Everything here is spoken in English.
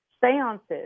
seances